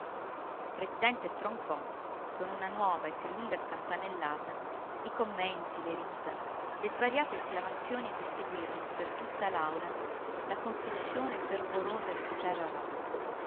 presidente troncò con una nuova e più lunga scampanellata i commenti le risa le svariate esclamazioni che seguirono per tutta l'aula la confessione fervorosa di